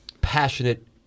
passionate